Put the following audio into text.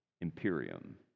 Imperium